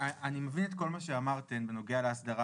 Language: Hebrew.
אני מבין את כל מה שאמרתן בנוגע להסדרה